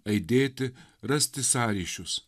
aidėti rasti sąryšius